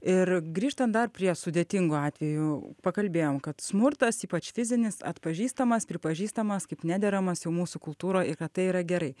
ir grįžtant dar prie sudėtingų atvejų pakalbėjom kad smurtas ypač fizinis atpažįstamas pripažįstamas kaip nederamas jau mūsų kultūroj ir kad tai yra gerai